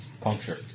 Puncture